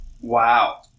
wow